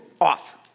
off